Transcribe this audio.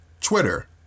Twitter